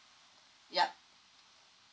yup